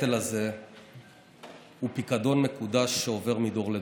הנטל הזה הוא פיקדון מקודש שעובר מדור לדור.